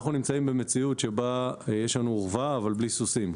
אנחנו נמצאים במציאות שבה יש לנו אורווה אבל בלי סוסים,